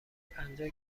پنجاه